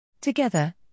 Together